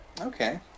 Okay